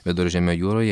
viduržemio jūroje